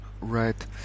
Right